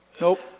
Nope